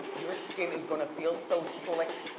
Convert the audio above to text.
your skin is gonna feel so slick.